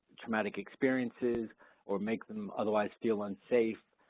traumatic experiences or make them otherwise feel unsafe,